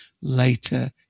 later